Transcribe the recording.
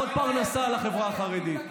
עוד פרנסה לחברה החרדית.